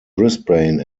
brisbane